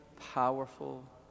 powerful